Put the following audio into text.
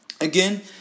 again